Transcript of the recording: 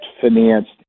financed